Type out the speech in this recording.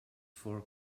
for